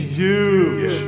huge